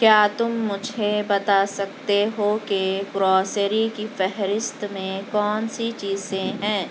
کیا تم مجھے بتا سکتے ہو کہ گروسری کی فہرست میں کون سی چیزیں ہیں